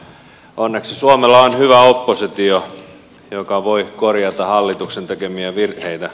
onneksi suomella on hyvä oppositio joka voi korjata hallituksen tekemiä virheitä